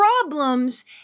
problems